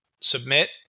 submit